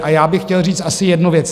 A já bych chtěl říct asi jednu věc.